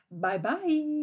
Bye-bye